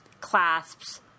clasps